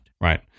Right